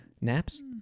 Naps